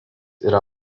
yra